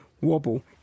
wobble